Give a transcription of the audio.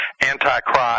Antichrist